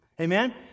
Amen